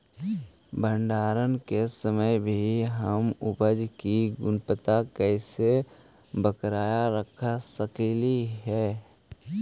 भंडारण के समय भी हम उपज की गुणवत्ता कैसे बरकरार रख सकली हे?